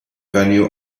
venue